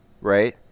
right